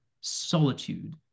solitude